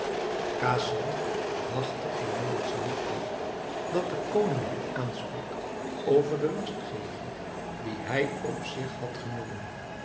khasan wachtte inmiddels niet af dat de koning hem aansprak over de lastgeving die hij op zich had genomen